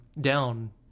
down